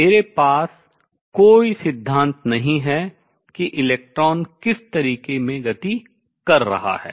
मेरे पास कोई सिद्धांत नहीं है कि इलेक्ट्रॉन किस तरीके में गति कर रहा है